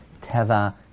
Teva